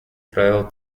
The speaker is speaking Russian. правил